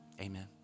amen